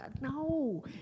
No